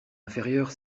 inférieure